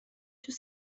توی